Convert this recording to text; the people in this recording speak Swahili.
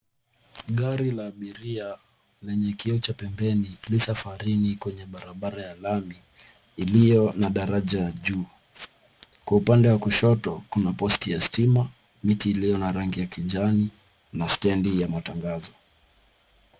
Gari la abiria lenye kioo cha pembeni li safarini kwenye barabara ya lami iliyo na daraja juu .Kwa upande wa kushoto kuna posti ya stima, miti iliyo na rangi ya kijani na stendi ya matangazo.